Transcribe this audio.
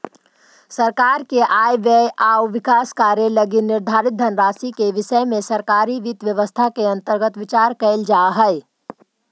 सरकार के आय व्यय आउ विकास कार्य लगी निर्धारित धनराशि के विषय में सरकारी वित्त व्यवस्था के अंतर्गत विचार कैल जा हइ